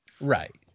Right